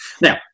Now